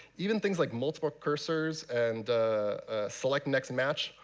even things like multiple cursors, and select next match,